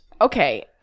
okay